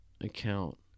account